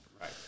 right